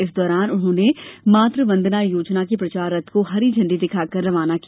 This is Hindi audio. इस दौरान उन्होंने मातू वंदना योजना के प्रचार रथ को हरी झण्डी दिखाकर रवाना किया